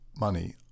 money